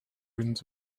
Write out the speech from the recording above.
ruins